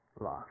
love